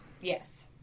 Yes